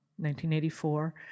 1984